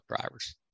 drivers